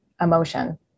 emotion